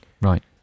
Right